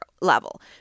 level